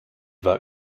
war